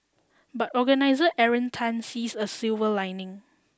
but organiser Aaron Tan sees a silver lining